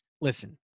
Listen